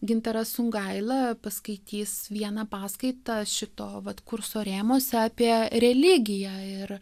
gintaras sungaila paskaitys vieną paskaitą šito vat kurso rėmuose apie religiją ir